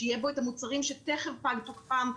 שיהיו שם המוצרים שתיכף פג תוקפם,